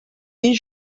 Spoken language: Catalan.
dir